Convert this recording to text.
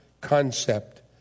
concept